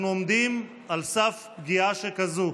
אנחנו עומדים על סף פגיעה שכזו.